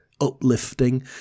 uplifting